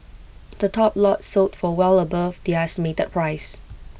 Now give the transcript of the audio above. the top lots sold for well above their estimated price